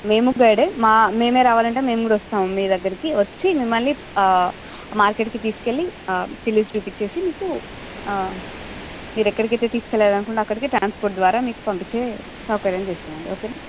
మేము గైడే మా మేమే రావాలంటే మేము కూడా వస్తాము మీ దగ్గరికి వచ్చి మిమల్నిఆ మార్కెట్ కి తీసుకెళ్ళి చిల్లీస్ చూపించేసి మీకు ఆ మీరు ఎక్కడికైతే తీసుకెళ్ళాలనుకుంటున్నారో అక్కడికి ట్రాన్స్పోర్ట్ ద్వారా మీకు పంపిచ్చే సౌకర్యం చేస్తామండి ఓకేనా